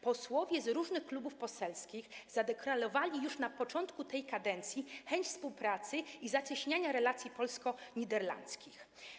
Posłowie z różnych klubów poselskich zadeklarowali już na początku tej kadencji chęć współpracy i zacieśniania relacji polsko-niderlandzkich.